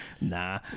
Nah